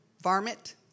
varmint